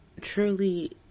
truly